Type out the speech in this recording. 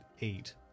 eight